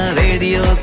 radio